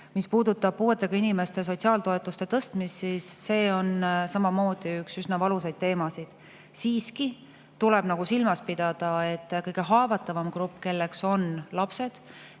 puudutab puuetega inimeste sotsiaaltoetuste tõstmist, siis see on samamoodi üks üsna valus teema. Siiski tuleb silmas pidada, et kõige haavatavama grupi, kelleks on lapsed,